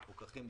מפוקחים,